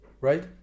right